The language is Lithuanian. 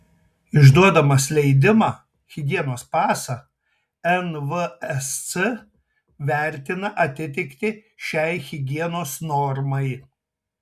išduodamas leidimą higienos pasą nvsc vertina atitiktį šiai higienos normai